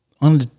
on